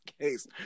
case